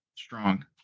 strong